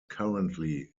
currently